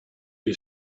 you